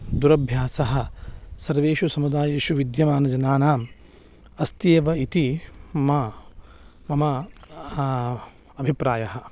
दुरभ्यासः सर्वेषु समुदायेषु विद्यमानजनानाम् अस्ति एव इति मम मम अभिप्रायः